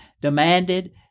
demanded